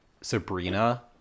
Sabrina